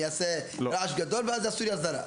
לעשות רעש גדול ואז יעשו לי הסדרה.